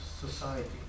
society